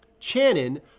Channon